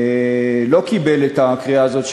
לא קיבל את הקריאה הזאת,